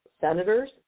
senators